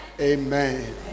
Amen